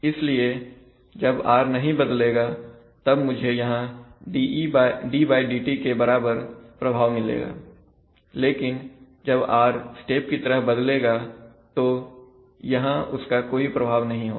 इसलिए जब r नहीं बदलेगा तब मुझे यहां ddt के बराबर प्रभाव मिलेगा लेकिन जब r स्टेप की तरह बदलेगा तो यहां उसका कोई प्रभाव नहीं होगा